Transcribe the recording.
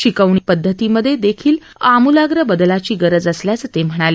शिकवणी पद्धतीमध्ये देखील आमूलाग्र बदलाची गरज असल्याचं ते म्हणाले